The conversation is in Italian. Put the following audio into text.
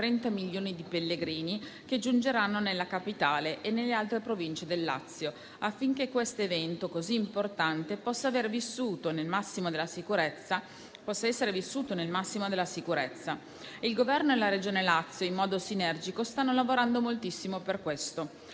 30 milioni di pellegrini che giungeranno nella capitale e nelle altre Province del Lazio, affinché questo evento così importante possa essere vissuto nel massimo della sicurezza. Il Governo e la Regione Lazio, in modo sinergico, stanno lavorando moltissimo per questo.